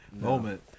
moment